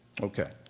Okay